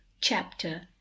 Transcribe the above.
Chapter